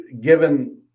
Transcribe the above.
given